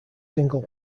single